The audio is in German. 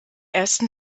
ersten